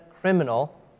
criminal